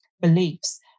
beliefs